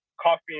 Coffee